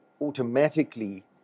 automatically